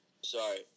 Sorry